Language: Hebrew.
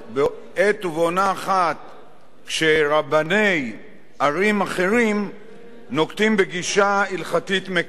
רבני ערים אחרים נוקטים גישה הלכתית מקלה ורושמים בני זוג,